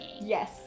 Yes